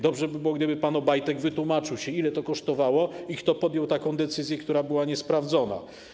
Dobrze by było, gdyby pan Obajtek wytłumaczył się, ile to kosztowało i kto podjął taką decyzję, która była niesprawdzona.